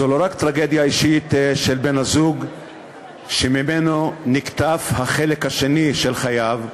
זו לא רק טרגדיה אישית של בן-הזוג שנקטף ממנו החלק השני של חייו,